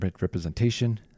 representation